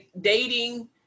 dating